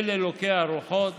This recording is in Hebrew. אל אלוהי הרוחות,